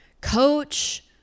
coach